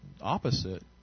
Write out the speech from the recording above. opposite